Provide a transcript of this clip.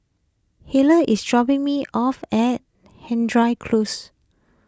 Hale is dropping me off at Hendry Close